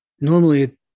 normally